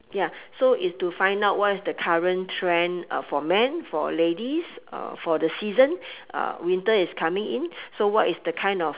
ya so it's to find out what is the current trend uh for men for ladies uh for the season uh winter is coming in so what is the kind of